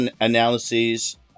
analyses